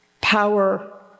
Power